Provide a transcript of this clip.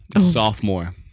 sophomore